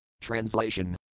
Translation